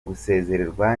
gusezererwa